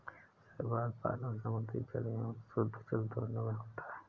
शैवाल पालन समुद्री जल एवं शुद्धजल दोनों में होता है